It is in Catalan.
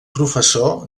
professor